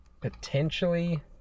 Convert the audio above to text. potentially